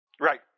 Right